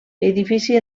edifici